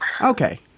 Okay